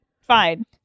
fine